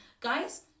guys